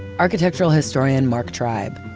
architectural historian mark tribe.